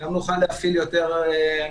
גם נוכל להפעיל יותר נכון.